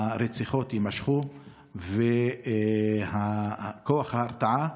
הרציחות יימשכו וכוח ההרתעה